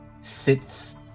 sits